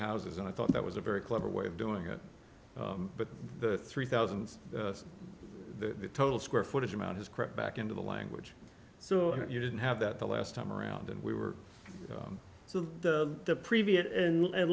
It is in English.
houses and i thought that was a very clever way of doing it but the three thousand the total square footage amount has crept back into the language so you didn't have that the last time around and we were so the previous